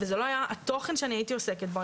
וזה לא היה התוכן שהייתי עוסקת בו,